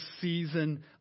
season